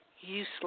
useless